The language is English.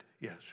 Yes